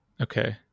Okay